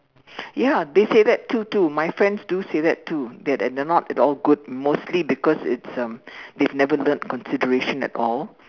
ya they say that too too my friends do say that too that they are not at all good mostly because it's um they've never learnt consideration as all